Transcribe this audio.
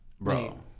Bro